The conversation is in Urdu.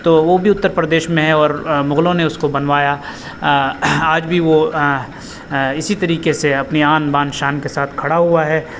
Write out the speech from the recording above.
تو وہ بھی اتر پردیش میں ہے اور مغلوں نے اس کو بنوایا آج بھی وہ اسی طریقے سے اپنی آن بان شان کے ساتھ کھڑا ہوا ہے